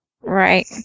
Right